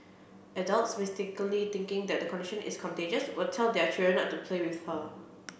adults mistakenly thinking that the condition is contagious would tell their children not to play with her